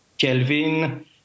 Kelvin